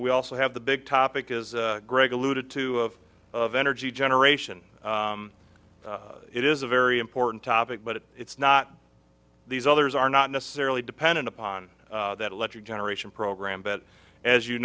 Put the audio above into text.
we also have the big topic is greg alluded to of energy generation it is a very important topic but it's not these others are not necessarily dependent upon that electric generation program but as you